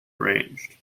arranged